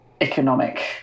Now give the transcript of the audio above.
economic